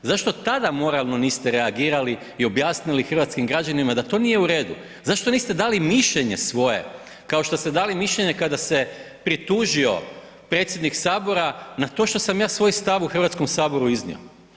Zašto tada moralno niste reagirali i objasnili hrvatskim građanima da to nije uredu, zašto niste dali mišljenje svoje kao što ste dali mišljenje kada se pritužio predsjednik Sabora na to šta sam ja svoj stav u Hrvatskom saboru iznio?